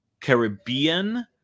Caribbean